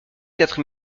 quatre